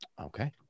Okay